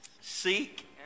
seek